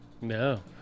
No